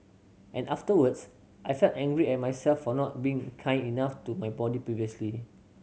and afterwards I felt angry at myself for not being kind enough to my body previously